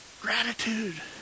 gratitude